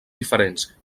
diferents